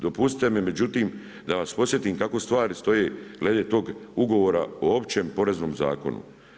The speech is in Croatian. Dopustite mi međutim, da vas podsjetim kako stvari stoje glede tog ugovora o Općem poreznom zakonu.